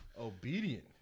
Obedient